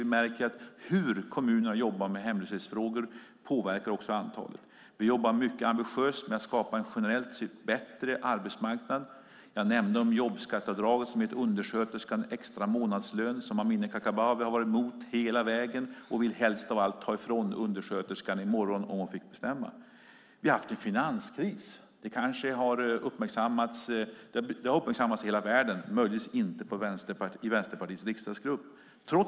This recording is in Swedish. Vi märker att hur kommunerna jobbar med hemlöshetsfrågor påverkar antalet. Vi jobbar ambitiöst med att skapa en generellt bättre arbetsmarknad. Jag nämnde jobbskatteavdraget som ger undersköterskan en extra månadslön och som Amineh Kakabaveh har varit emot hela vägen och helst av allt vill ta ifrån undersköterskan i morgon om hon fick bestämma. Vi har haft en finanskris. Det har uppmärksammats i hela världen men möjligtvis inte i Vänsterpartiets riksdagsgrupp.